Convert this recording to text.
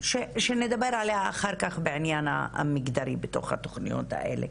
שנדבר עליה אחר כך בענין המגדרי בתוך התוכניות האלה.